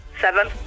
Seven